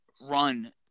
run